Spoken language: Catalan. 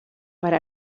per